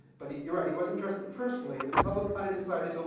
but, you're right, he wasn't trusted personally and the public and decided, so